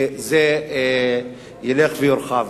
זה ילך ויורחב.